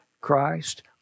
Christ